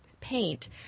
paint